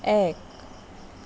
এক